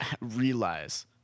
realize